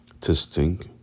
testing